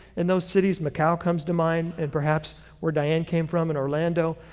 in those cities michal comes to mind and perhaps where diane came from in orlando,